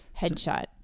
headshot